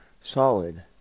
Solid